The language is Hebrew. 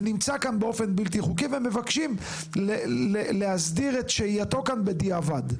ונמצא כאן באופן בלתי חוקי ומבקשים להסדיר את שהייתו כאן בדיעבד.